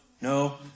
no